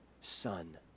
son